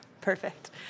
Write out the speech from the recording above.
Perfect